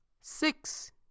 six